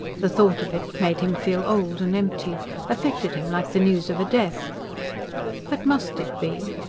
the thought of it made him feel old and empty affected him like the news of a death but must it be?